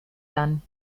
dann